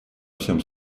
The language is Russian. всем